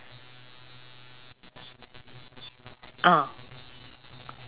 uh